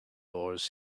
oars